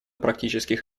практических